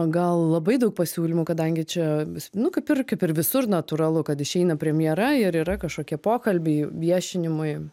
gal labai daug pasiūlymų kadangi čia nu kaip ir kaip ir visur natūralu kad išeina premjera ir yra kažkokie pokalbiai viešinimui